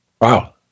Wow